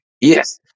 Yes